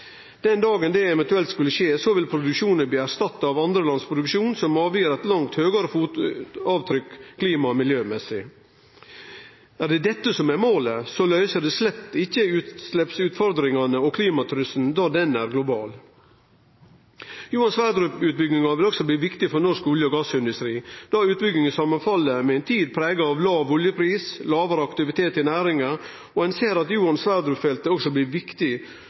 Den dagen det eventuelt skulle skje, vil produksjonen bli erstatta av produksjon i andre land som gir frå seg eit langt høgare fotavtrykk klima- og miljømessig. Er det dette som er målet, løyser det slett ikkje utsleppsutfordringane og klimatrusselen, då den er global. Johan Sverdrup-utbygginga vil også bli viktig for norsk olje- og gassindustri, då utbygginga fell saman med ei tid prega av låg oljepris og lågare aktivitet i næringa, og ein ser at Johan Sverdrup-feltet også blir viktig